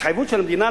התחייבות של המדינה,